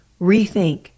rethink